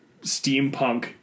steampunk